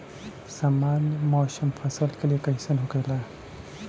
सामान्य मौसम फसल के लिए कईसन होखेला?